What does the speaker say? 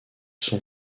sont